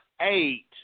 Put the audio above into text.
eight